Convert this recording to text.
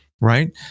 right